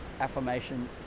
affirmation